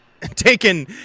taken